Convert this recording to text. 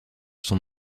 sont